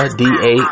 da